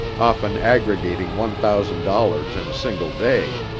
often aggregating one thousand dollars in a single day.